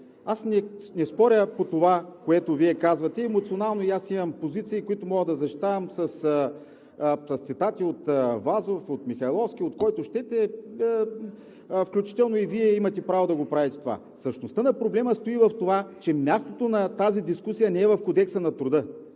Не споря по това, което Вие казвате. Емоционално и аз имам позиции, които мога да защитавам с цитати от Вазов, от Михайловски, от който щете, включително и Вие имате право да го правите това. Същността на проблема стои в това, че мястото на тази дискусия не е в Кодекса на труда,